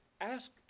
Ask